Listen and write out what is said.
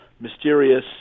mysterious